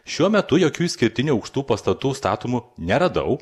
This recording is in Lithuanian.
šiuo metu jokių išskirtinių aukštų pastatų statomų neradau